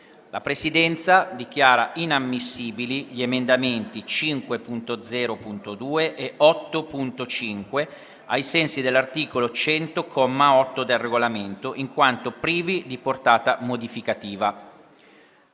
La Presidenza dichiara inammissibili gli emendamenti 5.0.2 e 8.5, ai sensi dell'articolo 100, comma 8, del Regolamento, in quanto privi di portata modificativa.